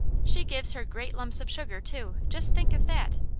she gives her great lumps of sugar, too, just think of that!